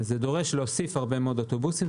זה דורש להוסיף הרבה מאוד אוטובוסים,